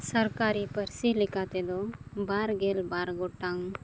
ᱥᱚᱨᱠᱟᱨᱤ ᱯᱟᱹᱨᱥᱤ ᱞᱮᱠᱟ ᱛᱮᱫᱚ ᱵᱟᱨᱜᱮᱞ ᱵᱟᱨ ᱜᱚᱴᱟᱝ